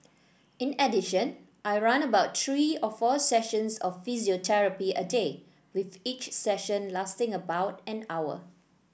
in addition I run about three or four sessions of physiotherapy a day with each session lasting about an hour